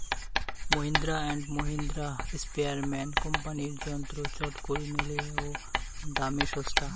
Mahindra and Mahindra, sprayerman কোম্পানির যন্ত্র চটকরি মেলে ও দামে ছস্তা